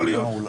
יכול להיות.